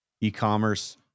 e-commerce